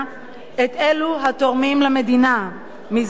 את אלה התורמים למדינה מזמנם,